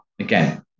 Again